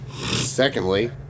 Secondly